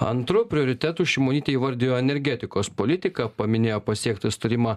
antru prioritetu šimonytė įvardijo energetikos politiką paminėjo pasiektą sutarimą